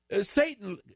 Satan